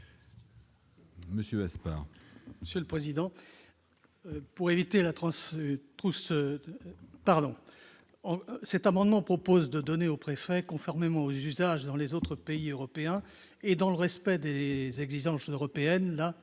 Monsieur Aspar. Monsieur le président, pour éviter la transe trousses, parlons-en, cet amendement propose de donner aux préfets, conformément aux usages dans les autres pays européens et dans le respect des exigences européennes, la